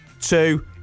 two